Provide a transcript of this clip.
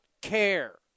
care